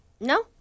No